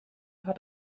hat